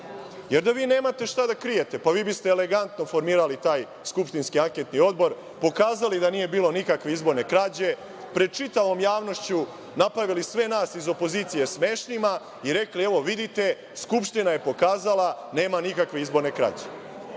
da vi nemate šta da krijete, vi biste elegantno formirali taj skupštinski anketni odbor, pokazali da nije bilo nikakve izborne krađe, pred čitavom javnošću napravili sve nas iz opozicije smešnima i rekli – evo vidite Skupština je pokazala da nema nikakve izborne krađeAli,